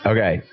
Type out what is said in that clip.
Okay